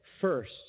first